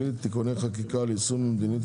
המשך דיון,